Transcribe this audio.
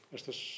Estas